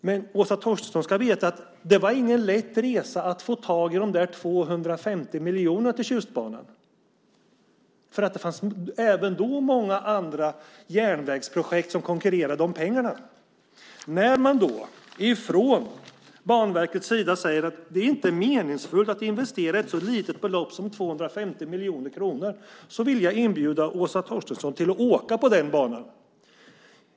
Men Åsa Torstensson ska veta att det inte var någon lätt resa att få tag i de 250 miljonerna till Tjustbanan. Det fanns även då många andra järnvägsprojekt som konkurrerade om pengarna. När man från Banverkets sida säger: Det är inte meningsfullt att investera ett så litet belopp som 250 miljoner kronor, vill jag inbjuda Åsa Torstensson att åka på den banan.